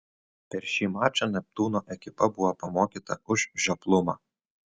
per šį mačą neptūno ekipa buvo pamokyta už žioplumą